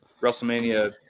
WrestleMania